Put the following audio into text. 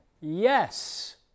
Yes